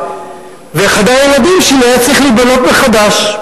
וחדר הילדים שלי היה צריך להיבנות מחדש.